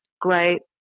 great